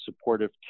supportive